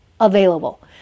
available